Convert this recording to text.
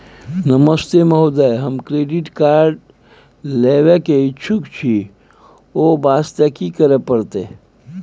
नमस्ते महोदय, हम credit card लेबे के इच्छुक छि ओ वास्ते की करै परतै?